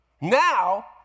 Now